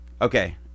Okay